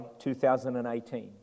2018